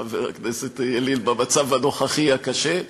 חבר הכנסת ילין, במצב הנוכחי הקשה,